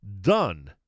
Done